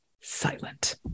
silent